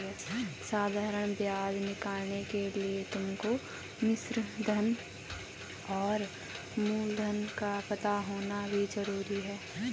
साधारण ब्याज निकालने के लिए तुमको मिश्रधन और मूलधन का पता होना भी जरूरी है